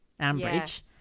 Ambridge